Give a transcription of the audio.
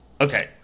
okay